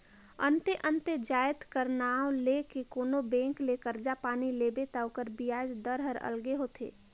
अन्ते अन्ते जाएत कर नांव ले के कोनो बेंक ले करजा पानी लेबे ता ओकर बियाज दर हर अलगे होथे